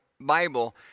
Bible